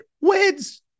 wins